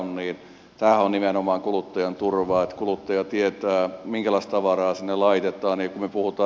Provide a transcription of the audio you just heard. tämä on nimenomaan kuluttajan turvaa että kuluttaja tietää minkälaista tavaraa sinne laitetaan